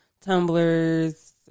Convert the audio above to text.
tumblers